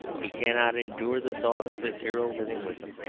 he cannot endure the thought of his hero living with them.